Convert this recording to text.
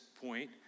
point